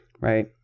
right